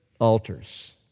altars